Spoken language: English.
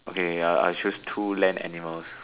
okay uh I'll choose two land animals